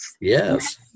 Yes